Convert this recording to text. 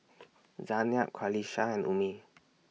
Zaynab Qalisha and Ummi